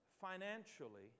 financially